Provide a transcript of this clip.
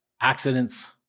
accidents